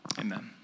amen